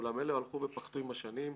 אולם אלה הלכו ופחתו עם השנים,